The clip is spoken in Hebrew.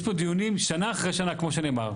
יש פה דיונים שנה אחרי שנה, כמו שנאמר.